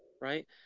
Right